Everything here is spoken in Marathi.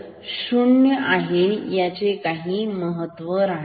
शून्य आहे त्याचे काहीच महत्त्व नाही